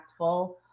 impactful